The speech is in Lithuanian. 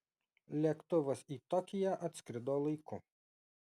lėktuvas į tokiją atskrido laiku